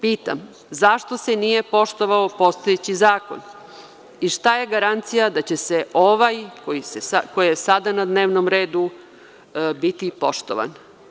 Pitam – zašto se nije poštovao postojeći zakon i šta je garancija da će se ovaj koji je sada na dnevnom redu biti poštovan?